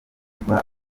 igwa